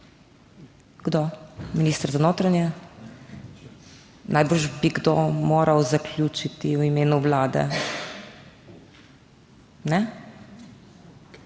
Kdo? Minister za notranje? Najbrž bi kdo moral zaključiti v imenu Vlade.